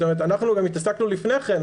זאת אומרת אנחנו גם התעסקנו לפני כן,